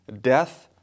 death